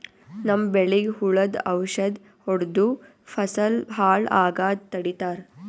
ನಮ್ಮ್ ಬೆಳಿಗ್ ಹುಳುದ್ ಔಷಧ್ ಹೊಡ್ದು ಫಸಲ್ ಹಾಳ್ ಆಗಾದ್ ತಡಿತಾರ್